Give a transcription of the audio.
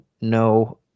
no